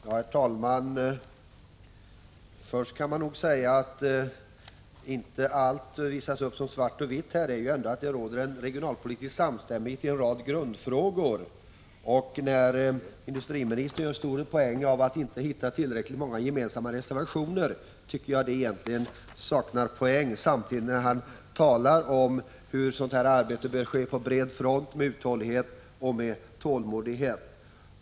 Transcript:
Herr talman! I betänkandet är det inte svart på vitt i fråga om allt. Det råder samstämmighet i en rad regionalpolitiska grundfrågor. Att industriministern gör stort nummer av att han inte hittar så många gemensamma reservationer tycker jag egentligen saknar poäng. Industriministern talar samtidigt om att arbetet bör ske på bred front och med uthållighet och tålmodighet.